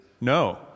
No